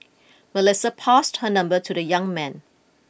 Melissa passed her number to the young man